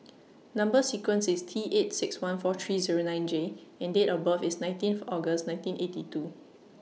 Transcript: Number sequence IS T eight six one four three Zero nine J and Date of birth IS nineteen August nineteen eighty two